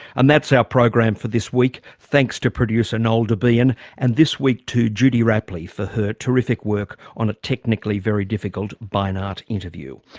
and that's our program for this week. thanks to producer noel debien and this week to judy rapley for her terrific work on a technically very difficult beinart interview.